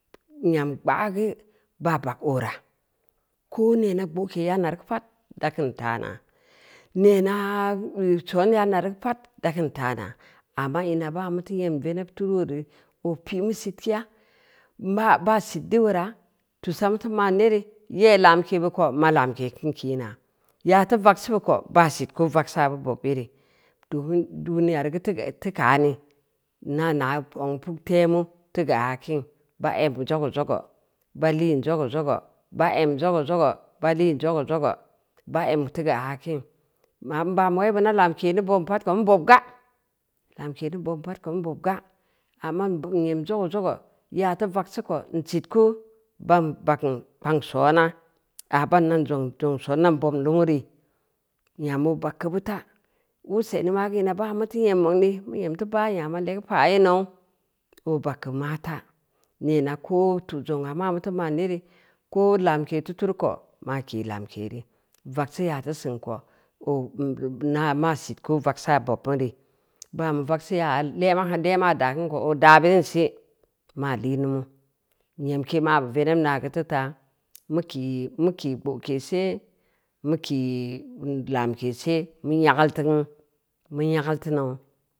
Nyam gbaagu, baa bag oora, koo neena gbooke nyana reu pad, da keun taana, nenaa son yana reu pad, da kin taana, amma ina bangna muteu nyam veneb turu reu, oo pi’ mu sitkeya, maa baa sitdu weura, tusa mu teu ma’n yere yai lamke bee ko ma lamke kau kina, yaa teu vagseu beu ko baa sitku vagsa bu bob yere, tureu duniya reu teu kaani nna naa zong puktemu teu ka kin, ba egnbu zogeu-zoga, ba liin zogeu zoga, bae m zogeu-zoga, ba liin zogeu zoga, bae m zogeu-zogo, ba liin zo geu-zogo, bae m teu keu aakin, na banbu wei beuneu lamke ni bob pad ko n bobga, lamke ni bobm pad ko n bob ga, amma n em zogeu-zoga, yaa teu vagseu ko n sitku, ban bagn kpangn soona a ban dan zongu soon nan bobm lumu ri. Nyam oo bag keu buta, useni mageu ina bangna muteu nye zongneu, mu nyem teu baa nyama legeu paa yee nou oo bag keku mata neena koo tu’ zongu waa maa muteu ma’n yere ko lamke teu turu ko maa kii lamke re, vags cu yaa teu sin ko, ira ma sitku vagsa bob bu re, baube vagseu yaaya le’maa daang ko oo da beurinsi maa lii lumu, nyem ke mabu veneb naa geu teu ta, mu kii, mu lii gbokese mu kiii lamke see, nyage teun, mu nyageul teu nou.